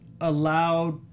allowed